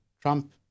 Trump